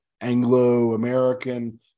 Anglo-American